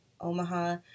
Omaha